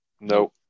No